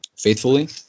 faithfully